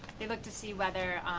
they look to see whether